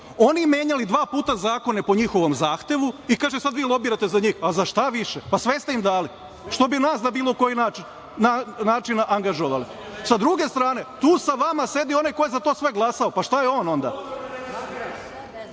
oni menjali dva puta zakone po njihovom zahtevu i kaže sada vi lobirate za njih. Za šta više? Sve ste im dali. Što bi nas na bilo koji način angažovali. Sa druge strane, tu sa vama sedi onaj ko je za sve to glasao, pa šta je on onda?